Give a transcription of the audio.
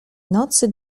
nocy